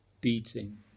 beating